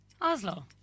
Oslo